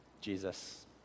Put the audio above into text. Jesus